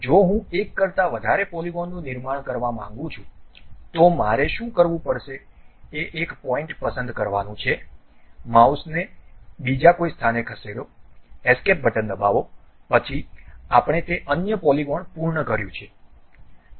હવે જો હું એક કરતાં વધારે પોલિગનનું નિર્માણ કરવા માંગું છું તો મારે શું કરવું પડશે કે એક પોઈન્ટ પસંદ કરવાનું છે માઉસને બીજા કોઈ સ્થાને ખસેડો એસ્કેપ બટન દબાવો પછી આપણે તે અન્ય પોલિગન પૂર્ણ કર્યું